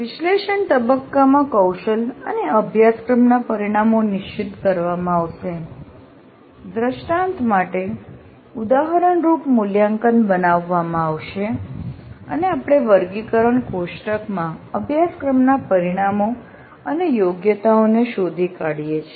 વિશ્લેષણ તબક્કામાં કૌશલ અને અભ્યાસક્રમના પરિણામો નિશ્ચિત કરવામાં આવશે દ્રષ્ટાંત માટે ઉદાહરણરૂપ મૂલ્યાંકન બનાવવામાં આવશે અને આપણે વર્ગીકરણ કોષ્ટકમાં અભ્યાસક્રમના પરિણામો અને યોગ્યતાઓ શોધી કાઢીએ છીએ